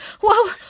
whoa